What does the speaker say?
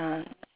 ah